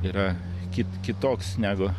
yra kit kitoks negu